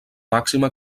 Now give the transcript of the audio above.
màxima